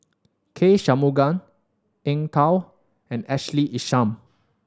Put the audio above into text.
K Shanmugam Eng Tow and Ashley Isham